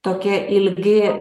tokie ilgi